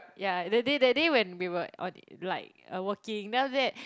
yeah that day that day when we were on like working then after that